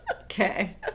Okay